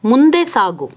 ಮುಂದೆ ಸಾಗು